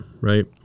Right